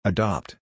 Adopt